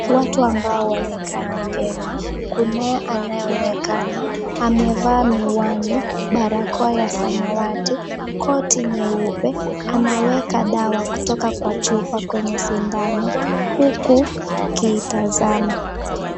Watu ambao hawaonekani vyema. Kunaye anayeonekana amevaa miwani, barakoa ya samawati, koti nyeupe anaweka dawa kutoka kwa chupa kwenye sindano huku akiitazama.